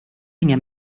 ringa